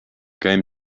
game